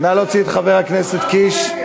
נא להוציא את חבר הכנסת קיש.